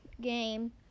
game